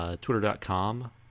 Twitter.com